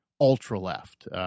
ultra-left